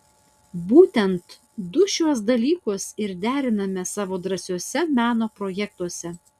būtent du šiuos dalykus ir deriname savo drąsiuose meno projektuose